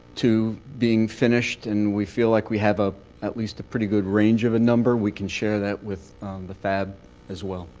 to being finished, and we feel like we have ah at least a pretty good range of a number, we can share that with the fab as well.